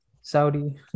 Saudi